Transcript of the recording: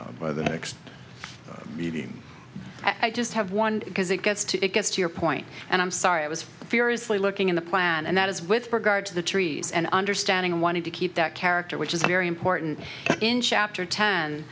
meeting i just have one because it gets to it gets to your point and i'm sorry i was furiously looking in the plan and that is with regard to the trees and understanding and wanting to keep that character which is very important in chapter ten